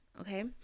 okay